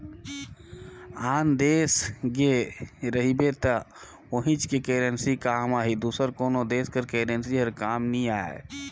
आन देस गे रहिबे त उहींच के करेंसी काम आही दूसर कोनो देस कर करेंसी हर काम नी आए